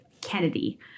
Kennedy